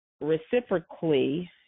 reciprocally